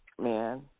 man